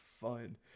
fun